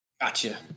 Gotcha